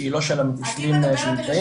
כדינה של מקום שהוא נמצא במרחק -- אני